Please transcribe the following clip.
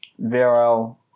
VRL